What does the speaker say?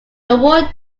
award